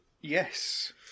Yes